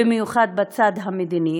במיוחד בצד המדיני.